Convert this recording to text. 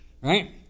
right